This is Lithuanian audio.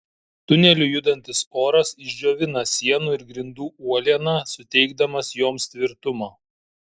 tuneliu judantis oras išdžiovina sienų ir grindų uolieną suteikdamas joms tvirtumo